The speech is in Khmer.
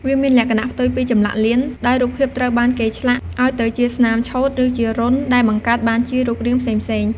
វាមានលក្ខណៈផ្ទុយពីចម្លាក់លៀន ដោយរូបភាពត្រូវបានគេឆ្លាក់ឲ្យទៅជាស្នាមឆូត ឬជារន្ធដែលបង្កើតបានជារូបរាងផ្សេងៗ។